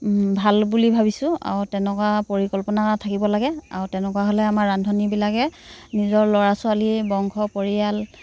ভাল বুলি ভাবিছো আৰু তেনেকুৱা পৰিকল্পনা থাকিব লাগে আৰু তেনেকুৱা হ'লে আমাৰ ৰান্ধনিবিলাকে নিজৰ ল'ৰা ছোৱালী বংশ পৰিয়াল